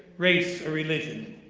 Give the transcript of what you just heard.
race or religion.